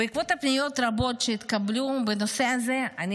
בעקבות פניות רבות שהתקבלו בנושא הזה אני